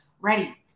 ready